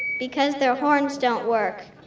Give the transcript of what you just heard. because their horns don't work